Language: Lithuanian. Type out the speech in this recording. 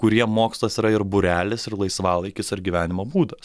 kuriem mokslas yra ir būrelis ir laisvalaikis ar gyvenimo būdas